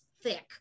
thick